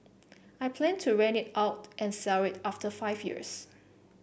I plan to rent it out and sell it after five years